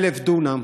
100,000 דונם,